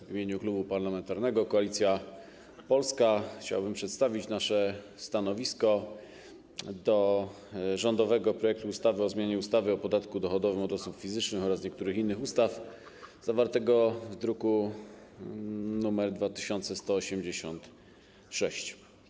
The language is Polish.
W imieniu Klubu Parlamentarnego Koalicja Polska chciałbym przedstawić nasze stanowisko w sprawie rządowego projektu ustawy o zmianie ustawy o podatku dochodowym od osób fizycznych oraz niektórych innych ustaw, zawartego w druku nr 2186.